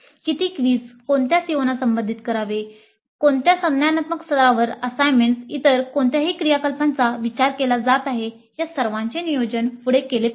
किती क्विझ कोणत्या COना संबोधित करावे कोणत्या संज्ञानात्मक स्तरावर असाइनमेंट इतर कोणत्याही क्रियाकलापांचा विचार केला जात आहे त्या सर्वांचे नियोजन पुढे केले पाहिजे